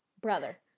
brother